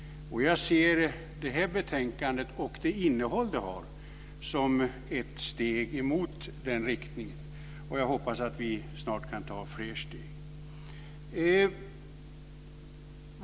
Jag ser det här betänkandet och dess innehåll som ett steg i den riktningen. Jag hoppas att vi snart kan ta flera steg.